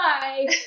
Bye